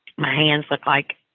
my hands look like